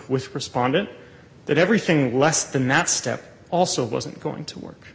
with respondent that everything western that step also wasn't going to work